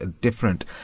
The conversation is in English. different